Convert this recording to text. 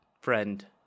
friend